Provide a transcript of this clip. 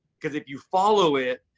because if you follow it,